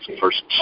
first